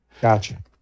Gotcha